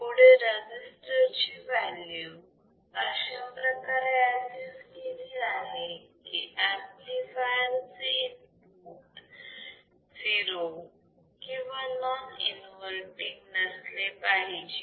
पुढे रजिस्टर ची व्हॅल्यू अशाप्रकारे ऍडजेस्ट केली आहे की ऍम्प्लिफायर चे इनपुट 0 किंवा नॉन इन्वर्तींग नसले पाहिजे